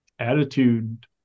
attitude